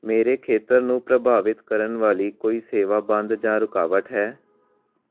ਮੇਰੇ ਖੇਤਰ ਨੂੰ ਪ੍ਰਭਾਵਿਤ ਕਰਨ ਵਾਲੀ ਕੋਈ ਸੇਵਾ ਬੰਦ ਜਾਂ ਰੁਕਾਵਟ ਹੈ